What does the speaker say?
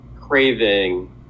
craving